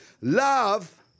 Love